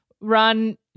run